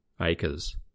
acres